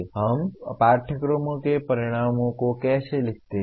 अब हम पाठ्यक्रमों के परिणामों को कैसे लिखते हैं